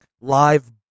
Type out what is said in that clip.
live